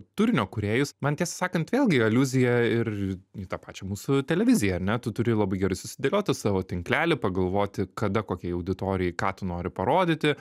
turinio kūrėjus man tiesą sakant vėlgi aliuzija ir į tą pačią mūsų televiziją ar ne tu turi labai gerai susidėlioti savo tinklelį pagalvoti kada kokiai auditorijai ką tu nori parodyti